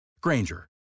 Granger